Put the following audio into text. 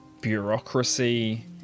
bureaucracy